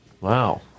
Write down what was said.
Wow